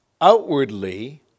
outwardly